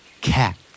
cat